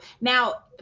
Now